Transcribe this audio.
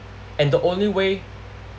and the only way